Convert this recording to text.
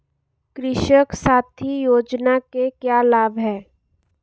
कृषक साथी योजना के क्या लाभ हैं?